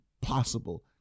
possible